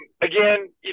Again